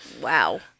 Wow